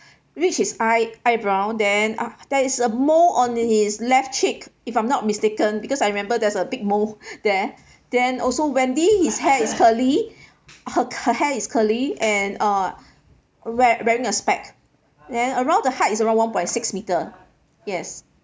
reach his eye eyebrow then uh there is a mole on his left cheek if I'm not mistaken because I remember there's a big mole there then also wendy his hair is curly her her hair is curly and uh wear~ wearing a spec then around the height is around one point six meter yes